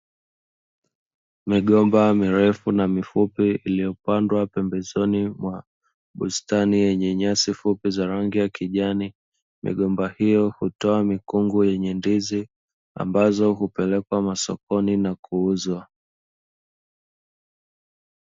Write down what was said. Migomba mirefu na mifupi iliyopandwa pembezoni mwa bustani ya nyanyasi fupi za rangi ya kijani, migomba hiyo hutoa mikungu yenye ndizi ambazo hupelekwa masokoni na kuuzwa.